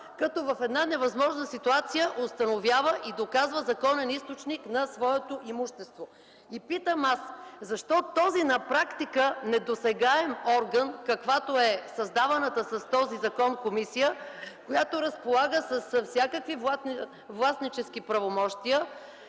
като в една невъзможна ситуация установява и доказва законен източник на своето имущество. Питам: защо този на практика недосегаем орган, каквато е създадената с този закон комисия, която разполага с всякакви властнически правомощия,